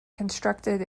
constructed